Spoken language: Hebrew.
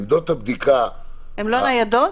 עמדות הבדיקה --- הן לא ניידות?